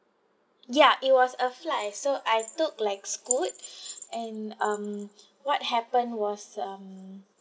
ya it was a flight so I took like scoot and um what happened was um